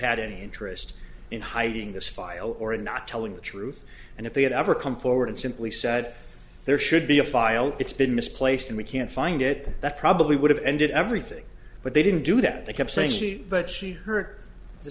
had any interest in hiding this file or not telling the truth and if they had ever come forward and simply said there should be a file it's been misplaced and we can't find it that probably would have ended everything but they didn't do that they kept saying she but she heard the